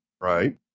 Right